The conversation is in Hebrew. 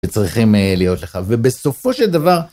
שצריכים אה... להיות לך, ובסופו של דבר...